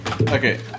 Okay